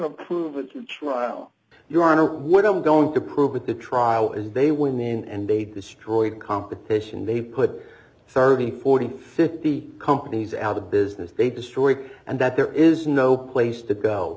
to prove it to trial your honor what i'm going to prove with the trial is they were mean and they destroyed competition they put thirty forty fifty companies out of business they destroyed and that there is no place to go